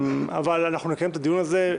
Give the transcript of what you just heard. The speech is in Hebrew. נקיים את הדיון הזה,